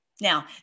Now